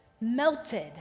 melted